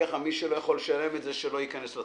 מי שלא יכול לשלם את זה, שלא ייכנס לתחום.